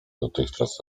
dotychczas